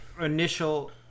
initial